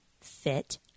fit